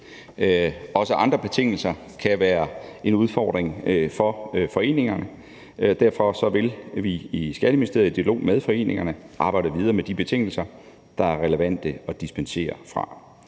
Også andre betingelser kan være en udfordring for foreningerne. Derfor vil vi i Skatteministeriet i dialog med foreningerne arbejde videre med de betingelser, der er relevante at dispensere fra.